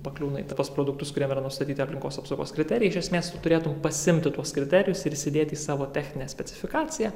pakliūna į tuos produktus kuriem yra nustatyti aplinkos apsaugos kriterijai iš esmės tu turėtum pasiimti tuos kriterijus ir įsidėti į savo techninę specifikaciją